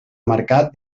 marcat